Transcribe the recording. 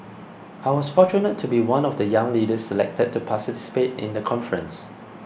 I was fortunate to be one of the young leaders selected to participate in the conference